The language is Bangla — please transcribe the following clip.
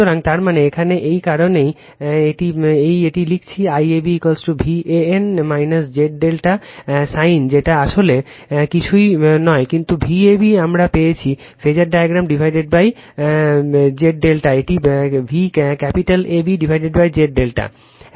সুতরাং তার মানে এখানে এই কারণেই এই একটি লিখছি IAB Van Z ∆ snd যেটি আসলে কিছুই নয় কিন্তু Vab আমরা পেয়েছি ফাসার ডায়াগ্রাম Z ∆ যেটি Vcapital ABZ ∆